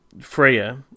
Freya